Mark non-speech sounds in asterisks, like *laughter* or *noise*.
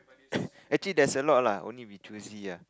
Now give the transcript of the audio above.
*coughs* actually there's a lot lah only we choosy lah